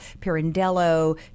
Pirandello